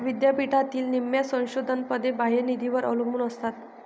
विद्यापीठातील निम्म्या संशोधन पदे बाह्य निधीवर अवलंबून असतात